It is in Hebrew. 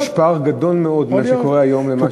שיש פער גדול מאוד בין מה שקורה היום למה,